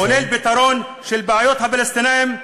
כולל פתרון של בעיות הפלסטינים,